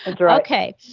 Okay